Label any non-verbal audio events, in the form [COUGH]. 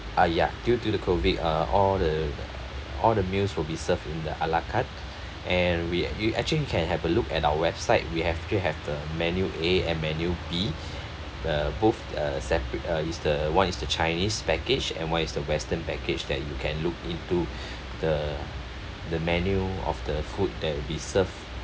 uh ya due to the COVID uh all the all the meals will be served in the ala carte and we you actually can have a look at our website we have still have the menu A and menu B [BREATH] uh both uh separ~ uh is the one is the chinese package and one is the western package that you can look into [BREATH] the the menu of the food that will be served